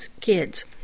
kids